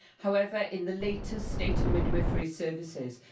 however, in the latest estate of midwifery services